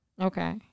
Okay